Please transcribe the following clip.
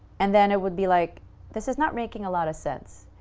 and then it would be like this is not making a lot of sense.